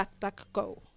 DuckDuckGo